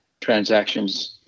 transactions